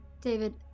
david